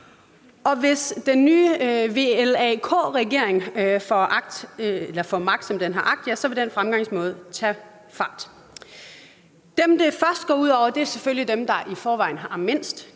Hvis den nye VLAK-regering får magt, som den har agt, så vil den fremgangsmåde tage fart. Dem, det først går ud over, er selvfølgelig dem, der i forvejen har mindst;